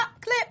clip